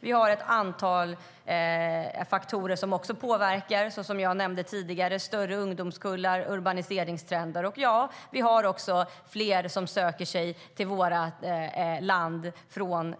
Vi har, som jag nämnde tidigare, ett antal faktorer som påverkar. Det är större ungdomskullar, urbaniseringstrender och ja, vi har också fler som söker sig till vårt land från